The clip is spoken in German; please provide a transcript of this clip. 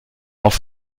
auf